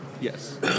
Yes